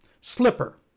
slipper